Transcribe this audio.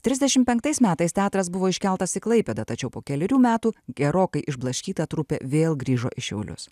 trisdešimt penktais metais teatras buvo iškeltas į klaipėdą tačiau po kelerių metų gerokai išblaškyta trupė vėl grįžo į šiaulius